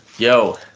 Yo